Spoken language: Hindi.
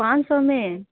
पाँच सौ में